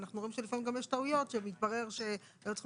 ואנחנו רואים שלפעמים גם יש טעויות שמתברר שהיו צריכים